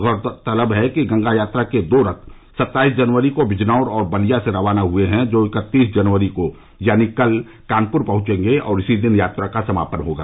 गौरतलब है कि गंगा यात्रा के दो रथ सत्ताईस जनवरी को बिजनौर और बलिया से रवाना हुए हैं जो इकत्तीस जनवरी को यानी कल कानपुर पहुंचेंगे और इसी दिन यात्रा का समापन होगा